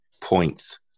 points